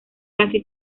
casi